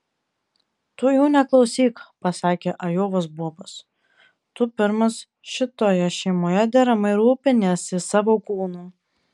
tu jų neklausyk pasakė ajovos bobas tu pirmas šitoje šeimoje deramai rūpiniesi savo kūnu